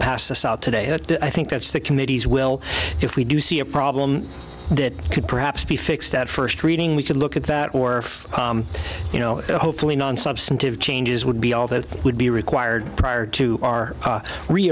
pass this out today and i think that's the committees will if we do see a problem that could perhaps be fixed at first reading we could look at that or you know hopefully non substantive changes would be all that would be required prior to our